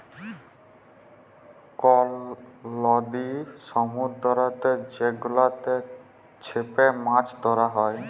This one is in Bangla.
কল লদি সমুদ্দুরেতে যে গুলাতে চ্যাপে মাছ ধ্যরা হ্যয়